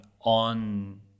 on